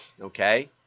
Okay